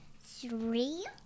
Three